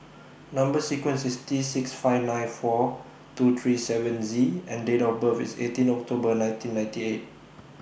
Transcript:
Number sequence IS T six five nine four two three seven Z and Date of birth IS eighteen October nineteen ninety eight